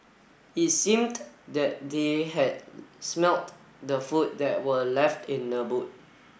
it seemed that they had smelt the food that were left in the boot